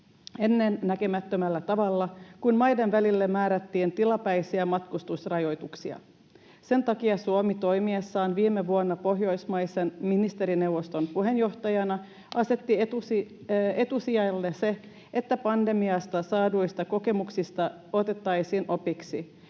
ennennäkemättömällä tavalla, kun maiden välille määrättiin tilapäisiä matkustusrajoituksia. Sen takia Suomi toimiessaan viime vuonna Pohjoismaisen ministerineuvoston puheenjohtajana asetti etusijalle sen, että pandemiasta saaduista kokemuksista otettaisiin opiksi,